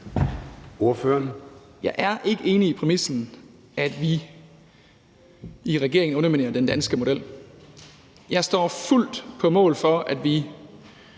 Jeg er ikke enig i præmissen om, at vi i regeringen underminerer den danske model. Jeg står fuldt på mål for, at vi